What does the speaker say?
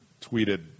tweeted